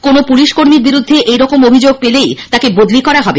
কোনো পুলিশ কর্মীর বিরুদ্ধে এরকম অভিযোগ পেলেই তাকে বদলি করা হবে